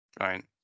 Right